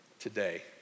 Today